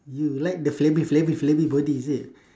you like the flabby flabby flabby body is it